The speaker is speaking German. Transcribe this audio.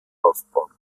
aufbauen